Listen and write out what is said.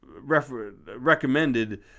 recommended